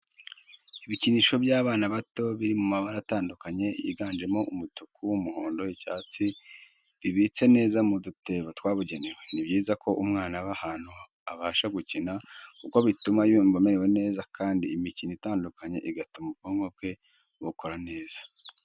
Ibikinisho by'abana bato biri mu mabara atandukanye yiganjemo umutuku, umuhondo, icyatsi, bibitse neza mu dutebo twabugenewe. Ni byiza ko umwana aba ahantu abasha gukina kuko bituma yumva amerewe neza kandi imikino itandukanye igatuma ubwonko bwe bukora neza.